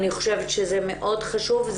אני חושבת שזה מאוד חשוב,